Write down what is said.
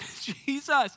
Jesus